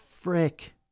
frick